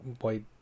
White